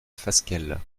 fasquelle